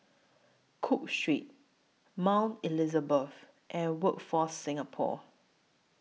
Cook Street Mount Elizabeth and Workforce Singapore